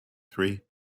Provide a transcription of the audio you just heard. three